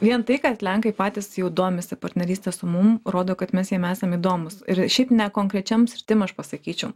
vien tai kad lenkai patys jau domisi partneryste su mum rodo kad mes jiem esam įdomūs ir šiaip ne konkrečiom sritim aš pasakyčiau